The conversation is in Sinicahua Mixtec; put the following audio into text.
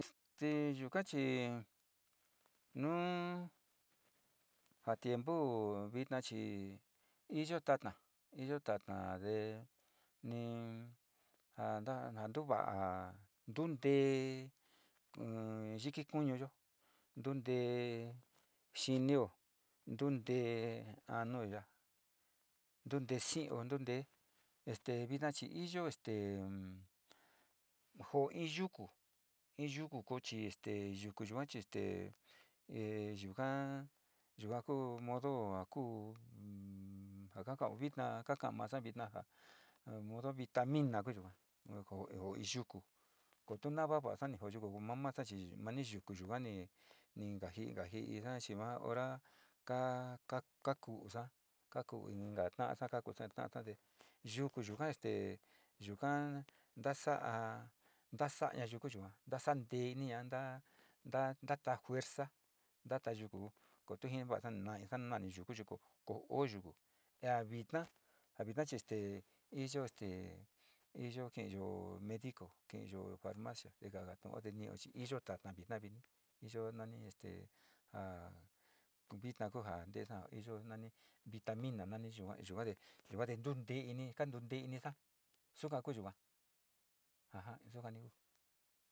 Ta yuka chi nou ja tiempo wiño chi iño tatna, iño taina tee ni ja tu vara ntontle nu yiñet köniyo, tuntee xinio ntontle anu yato, ntente xioo ntüte este viña chi iiyo este jo yoku ji yuka koo chi, te yuka yuarchi te e yuka ku nuado ja ku ja ka koo viña, a tada masa vitna ja modo viña minó koo yuka, koo in yuka ko ta nara ko vasa, manrasa chi manji yuka yuga ni ini kajiini nikajiiso woka ka ka wusa.